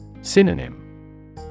Synonym